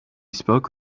spoke